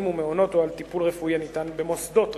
ומעונות או על טיפול רפואי הניתן במוסדות רפואיים.